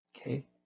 Okay